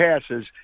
passes